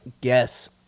guess